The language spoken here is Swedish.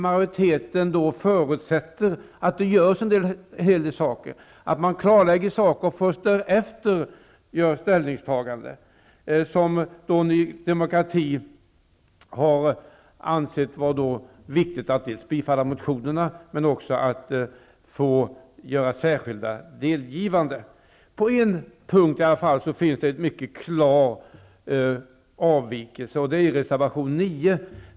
Majoriteten förutsätter att det görs en hel del saker, att förhållanden klarläggs och att man först därefter gör ställningstaganden. Ny demokrati har ansett det vara viktigt att bifalla motionerna men också att göra särskilda delgivanden. På en punkt finns en mycket klar avvikelse. Det gäller reservation 9.